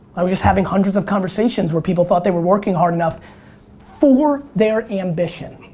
i'm just having hundreds of conversations where people thought they were working hard enough for their ambition.